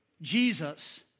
Jesus